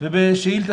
למה את יוצאת?